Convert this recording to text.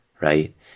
right